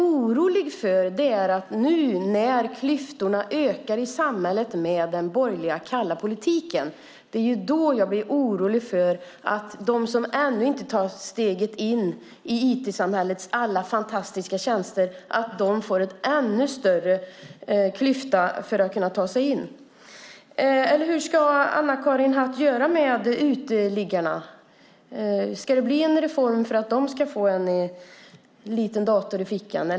Men när klyftorna i samhället nu ökar med den borgerliga kalla politiken blir jag orolig för dem som ännu inte tagit steget in i IT-samhällets alla fantastiska tjänster. Jag är orolig för att klyftan för att kunna ta sig in ska bli ännu större. Hur ska Anna-Karin Hatt göra med uteliggarna? Ska det bli en reform för att de ska få en liten dator i fickan?